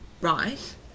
right